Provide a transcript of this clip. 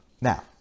Now